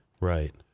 Right